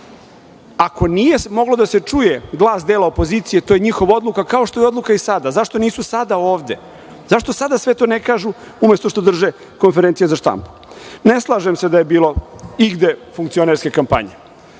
Ako nije mogao da se čuje glas dela opozicije, to je njihova odluka, kao što je odluka i sada. Zašto nisu sada ovde, zašto sada sve to ne kažu, umeto što drže konferencije za štampu? Ne slažem se da je bilo igde funkcionerske kampanje.